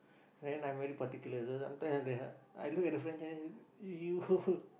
I'm very particular so sometimes I look at the cook you